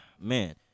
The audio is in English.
man